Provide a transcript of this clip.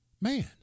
man